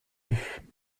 vue